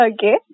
Okay